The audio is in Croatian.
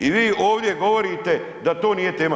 I vi ovdje govorite da to nije tema.